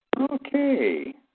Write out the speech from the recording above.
okay